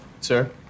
Sir